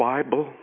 Bible